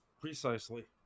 Precisely